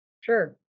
Sure